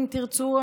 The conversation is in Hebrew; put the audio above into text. אם תרצו,